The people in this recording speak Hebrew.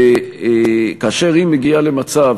כאשר היא מגיעה למצב